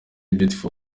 beautiful